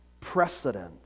precedent